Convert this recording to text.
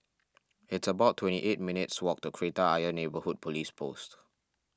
it's about twenty eight minutes' walk to Kreta Ayer Neighbourhood Police Post